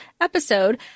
episode